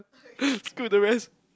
screw the rest